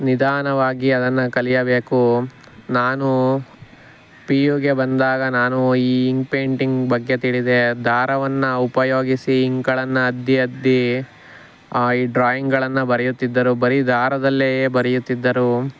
ನಿಧಾನವಾಗಿ ಅದನ್ನು ಕಲಿಯಬೇಕು ನಾನು ಪಿ ಯು ಗೆ ಬಂದಾಗ ನಾನು ಈ ಇಂಕ್ ಪೇಂಟಿಂಗ್ ಬಗ್ಗೆ ತಿಳಿದೆ ದಾರವನ್ನು ಉಪಯೋಗಿಸಿ ಇಂಕ್ಗಳನ್ನು ಅದ್ದಿ ಅದ್ದಿ ಈ ಡ್ರಾಯಿಂಗ್ಗಳನ್ನು ಬರೆಯುತ್ತಿದ್ದರು ಬರಿ ದಾರದಲ್ಲೇ ಬರೆಯುತ್ತಿದ್ದರು